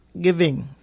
giving